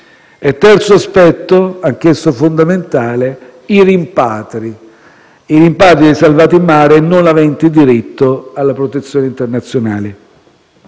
Terzo aspetto, anch'esso fondamentale, riguarda i rimpatri dei salvati in mare non aventi diritto alla protezione internazionale.